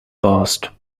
past